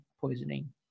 poisoning